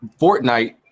Fortnite